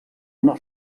una